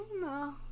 no